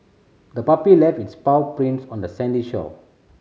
the puppy left its paw prints on the sandy shore